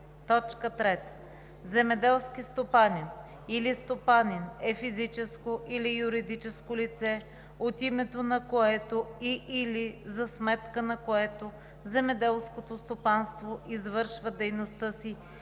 3. „Земеделски стопанин“ или „стопанин“ е физическо или юридическо лице, от името на което и/или за сметка на което земеделското стопанство извършва дейността си,